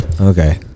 Okay